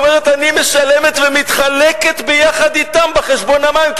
היא אומרת: אני משלמת ומתחלקת ביחד אתם בחשבון המים,